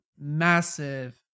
massive